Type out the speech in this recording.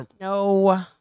No